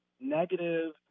negative